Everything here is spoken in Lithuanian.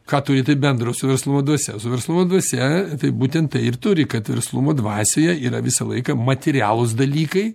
ką turi tai bendro su verslumo dvasia su verslumo dvasia tai būtent tai ir turi kad verslumo dvasioje yra visą laiką materialūs dalykai